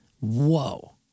Whoa